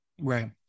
Right